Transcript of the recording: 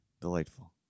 delightful